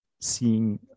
seeing